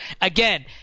again